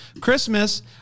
Christmas